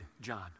John